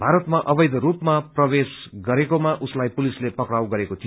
भारतमा अवैध रूपमा प्रवेश गरेकोमा उसलाई पुलिसले पक्राउ गरेको थियो